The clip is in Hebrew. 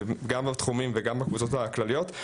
גם בתחומים וגם בקבוצות הכלליות.